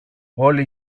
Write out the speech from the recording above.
όλοι